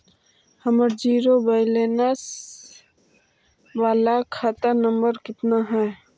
हमर zero balance बाला खाता नम्बर कितना है?